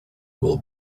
will